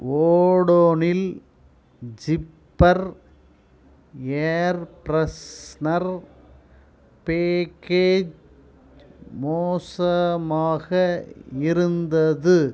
ஓடோனில் zipper air freshener package மோசமாக இருந்தது